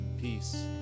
Peace